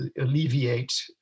alleviate